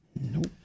Nope